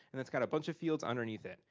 and it's got a bunch of fields underneath it.